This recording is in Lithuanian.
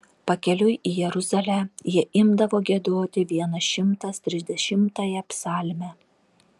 pakeliui į jeruzalę jie imdavo giedoti vienas šimtas trisdešimtąją psalmę